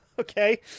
Okay